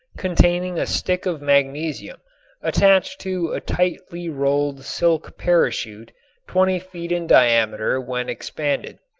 containing a stick of magnesium attached to a tightly rolled silk parachute twenty feet in diameter when expanded.